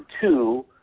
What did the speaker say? two